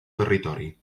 territori